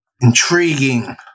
Intriguing